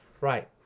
right